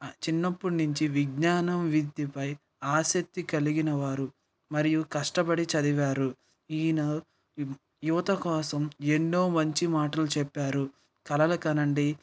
చిన్నప్పటి నుంచి విజ్ఞానం విద్యపై ఆసక్తి కలిగినవారు మరియు కష్టపడి చదివారు ఈయన యువత కోసం ఎన్నో మంచి మాటలు చెప్పారు కళలు కనండి